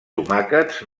tomàquets